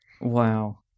Wow